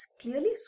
clearly